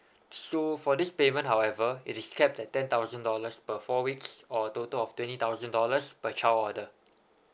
so for this payment however it is capped at ten thousand dollar per four weeks or total of twenty thousand dollar per child order